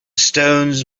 stones